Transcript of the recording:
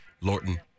Lorton